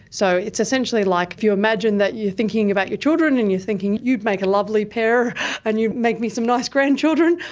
so it's essentially like if you imagine that you're thinking about your children and you're thinking you'd make a lovely pair and you'd make me some nice grandchildren,